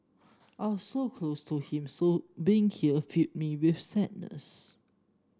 I were so close to him so being here fill me with sadness